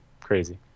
crazy